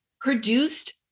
produced